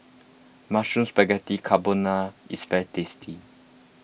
Mushroom Spaghetti Carbonara is very tasty